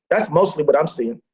that's mostly what i'm seeing.